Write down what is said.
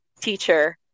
teacher